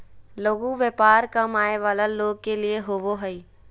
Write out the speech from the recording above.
लघु व्यापार कम आय वला लोग के लिए होबो हइ